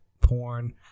porn